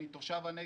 אני תושב הנגב,